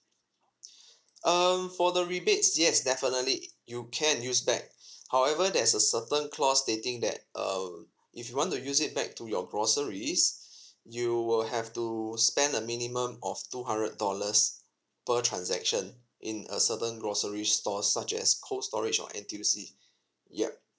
um for the rebates yes definitely you can use back however there's a certain clause stating that err if you want to use it back to your groceries you will have to spend a minimum of two hundred dollars per transaction in a certain grocery store such as cold storage or N_T_U_C ya